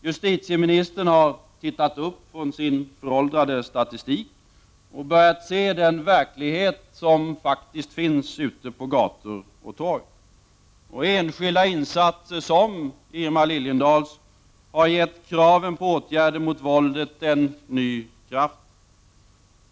Justitieministern har tittat upp från sin föråldrade statistik och börjat se den verklighet som faktiskt finns ute på gator och torg. Enskilda insatser som Irma Lilliendahls har gett kraven på åtgärder mot våldet en ny kraft.